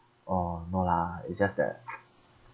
orh no lah it's just that